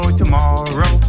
tomorrow